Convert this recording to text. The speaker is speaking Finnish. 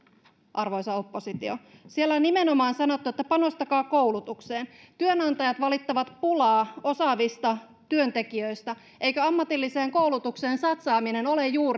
arvoisa oppositio siellä on nimenomaan sanottu että panostakaa koulutukseen työnantajat valittavat pulaa osaavista työntekijöistä eikö ammatilliseen koulutukseen satsaaminen ole siten juuri